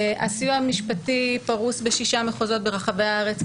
הסיוע המשפטי פרוס בשישה מחוזות ברחבי הארץ,